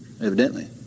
evidently